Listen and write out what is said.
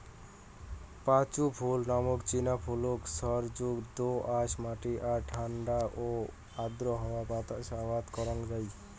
পাঁচু ফুল নামক চিনা ফুলক সারযুত দো আঁশ মাটি আর ঠান্ডা ও আর্দ্র হাওয়া বাতাসত আবাদ করাং যাই